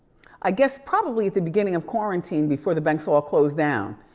i guess, probably at the beginning of quarantine before the banks all closed down,